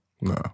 No